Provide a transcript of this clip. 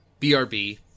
BRB